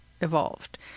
evolved